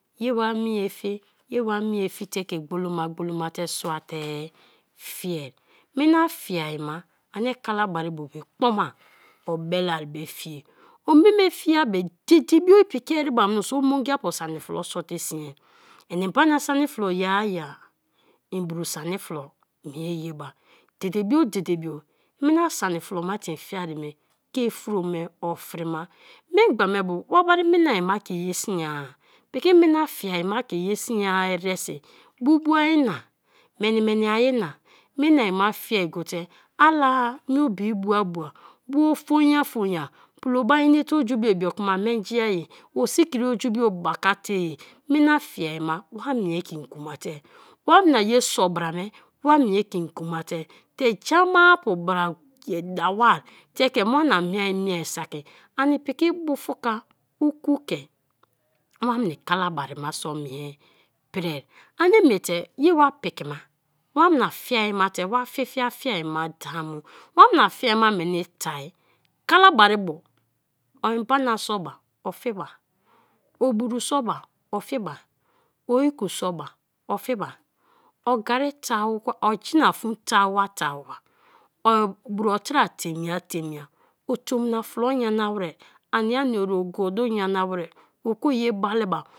Ye wa mie fi, ye wa mie fi te ke gboloma gboloma te ke sua te fie; mina fiai ma ani kalabari bo be kpoma obeleai be fie, o meme fie be be, dede bio i piki ereba mioso omogiapu sani flo sor te sien, ini mbana sani flo yea yea i buru sani flo mie ye ba; dede bio, dede bio mina sani flo ma te infiai ye me ke fro me ofrima; memgba me bio wa bari minai ma ke ye siai piki mina fie ma ke ye sinareresi bubua na, meni meni ai na minai ma fiea go te ala-a mie obi baa baa, bio, fonya fonya, piki bari oju bio ibioku kuma menji-ai, osikri oju bio bakate-a, mina-ma fiai ma wa mie ke. ngiwa te, wana ye sor bra me wa mie ke ngiwa te ja-mapu bra ye dawa te ke wana miea mie saki ani piki bufuka oku ke wani kalabari ma so mie pri, ani mie te ye wa piki ma wana fiai ma te wa fi fiai ma da mu; wana fiai ma meni tai; kalabari bo o mbana sor ba ofiba oburu sor ba ofiba, okiku sor ba ofiba; o genifu tawa tawa, oburu tara tem ya tem ya, otomina flo nyana wer ania nia i ogu nyana wer oki ye ba li ba.